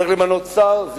צריך למנות שר.